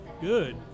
Good